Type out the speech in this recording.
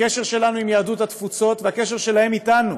הקשר שלנו עם יהדות התפוצות והקשר שלהם אתנו,